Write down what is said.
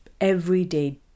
everyday